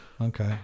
okay